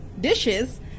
dishes